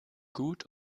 gut